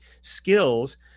skills